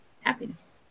happiness